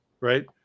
right